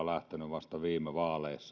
lähtenyt vasta viime vaaleissa